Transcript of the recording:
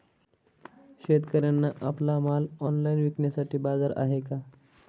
शेतकऱ्यांना आपला माल ऑनलाइन विकण्यासाठी बाजार आहे का?